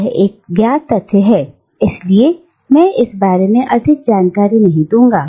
यह एक ज्ञात तथ्य है इसलिए मैं इस बारे में अधिक जानकारी नहीं दे रहा हूं